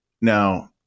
now